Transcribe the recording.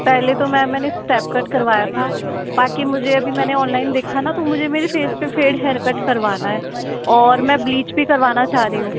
पहले तो मैम मैंने स्टेप कट करवाया था बाकि मुझे मैंने अभी ऑनलाइन देखा न तो मुझे मेरे फेस पर फेड हेअरकट करवाना है और मैं ब्लीच भी करवाना चाह रही हूँ